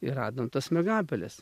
ir radom tas miegapeles